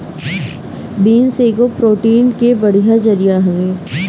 beans एगो protein के बढ़िया जरिया हवे